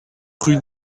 rue